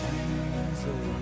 Jesus